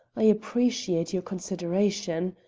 i appreciate your consideration,